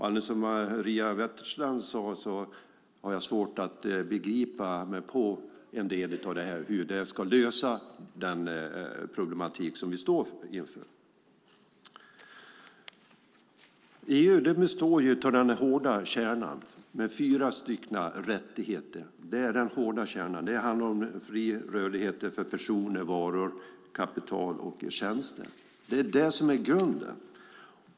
Alldeles som Maria Wetterstrand har jag svårt att begripa mig på en del av det här och hur det ska lösa den problematik som vi står inför. EU:s hårda kärna består av fyra rättigheter. Det handlar om fri rörlighet för personer, varor, kapital och tjänster. Det är det som är grunden.